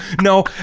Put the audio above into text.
no